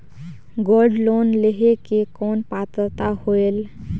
Gold loan लेहे के कौन पात्रता होएल?